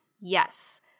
Yes